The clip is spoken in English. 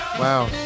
Wow